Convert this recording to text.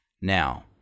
Now